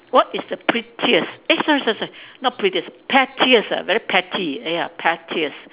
what is the prettiest eh sorry sorry sorry not prettiest pettiest ah very petty ah ya pettiest